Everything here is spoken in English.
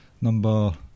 number